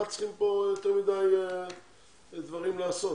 מה צריכים פה יותר מדי דברים לעשות?